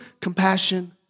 compassion